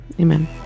Amen